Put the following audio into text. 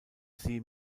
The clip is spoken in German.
sie